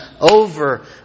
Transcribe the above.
over